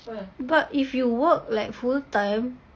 but if you work like full time